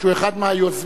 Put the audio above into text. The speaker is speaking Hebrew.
שהוא אחד מהיוזמים,